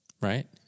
right